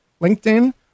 LinkedIn